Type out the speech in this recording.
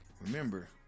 Remember